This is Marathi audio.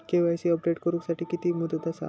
के.वाय.सी अपडेट करू साठी किती मुदत आसा?